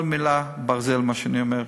כל מילה ברזל, מה שאני אומר.